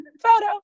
photo